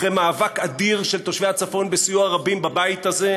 אחרי מאבק אדיר של תושבי הצפון בסיוע רבים בבית הזה,